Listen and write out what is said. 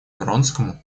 вронскому